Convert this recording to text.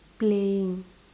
playing